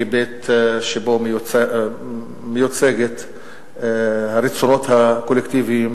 כבית שבו מיוצגים הרצונות הקולקטיביים